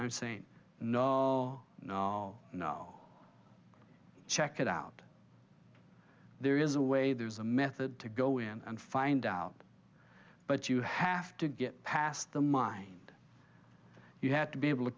i'm saying no no no no check it out there is a way there's a method to go in and find out but you have to get past the mind you have to be able to